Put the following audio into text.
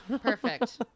Perfect